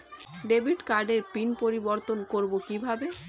Debit কার্ডের pin পরিবর্তন করবো কীভাবে?